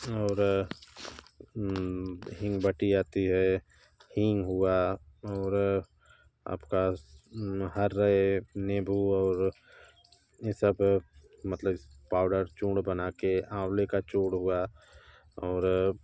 और हिंग बटी आती है हिंग हुआ और आप का हरे नींबू और ये सब मतलब इस पौडर चूर्ण बना के आंवले का चूर्ण हुआ और